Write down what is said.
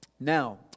Now